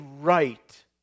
right